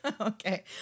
Okay